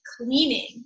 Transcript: cleaning